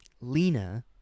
lena